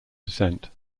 descent